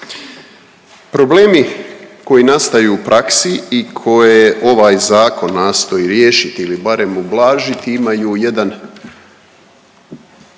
Problemi koji nastaju u praksi i koje ovaj Zakon nastoji riješiti ili barem ublažiti imaju jedan